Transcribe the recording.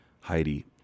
Heidi